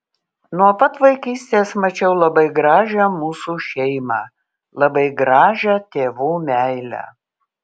nuo pat vaikystės mačiau labai gražią mūsų šeimą labai gražią tėvų meilę